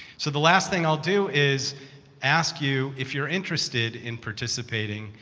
so the last thing i'll do is ask you, if you're interested in participating,